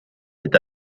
est